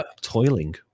toiling